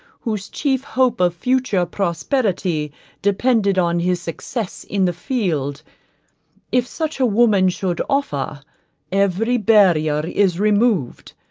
whose chief hope of future prosperity depended on his success in the field if such a woman should offer every barrier is removed,